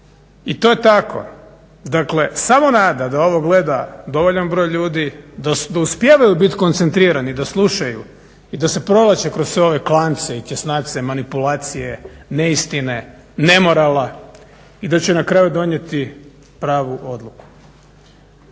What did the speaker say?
I to je tako. Dakle, samo nada da ovo gleda dovoljan broj ljudi, da uspijevaju biti koncentrirani, da slušaju i da se provlače kroz sve ove klance i tjesnace manipulacije, neistine, nemorala i da će na kraju donijeti pravu odluku.